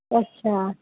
अच्छा